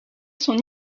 son